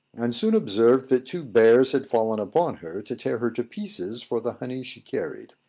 and soon observed that two bears had fallen upon her to tear her to pieces for the honey she carried.